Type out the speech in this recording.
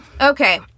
Okay